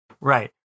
Right